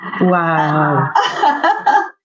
Wow